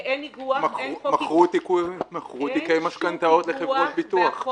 מכרו תיקי משכנתאות לחברות ביטוח.